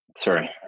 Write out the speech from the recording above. Sorry